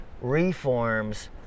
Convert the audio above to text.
reforms